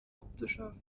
optischer